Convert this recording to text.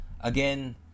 again